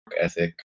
ethic